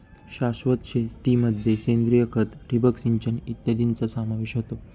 शाश्वत शेतीमध्ये सेंद्रिय खत, ठिबक सिंचन इत्यादींचा समावेश होतो